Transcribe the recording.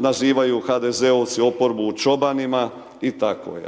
nazivaju HDZ-ovci oporbe čobanima i tako.